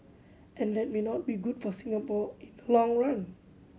and that may not be good for Singapore in the long run